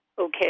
Okay